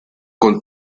con